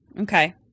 Okay